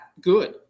good